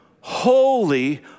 holy